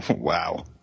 Wow